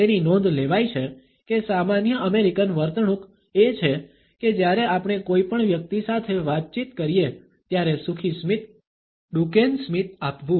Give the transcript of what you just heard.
તેની નોંધ લેવાય છે કે સામાન્ય અમેરિકન વર્તણૂક એ છે કે જ્યારે આપણે કોઈ પણ વ્યક્તિ સાથે વાતચીત કરીએ ત્યારે સુખી સ્મિત ડુકેન સ્મિત આપવું